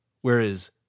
Whereas